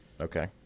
Okay